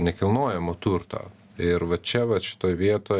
nekilnojamo turto ir va čia vat šitoj vietoj